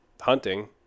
hunting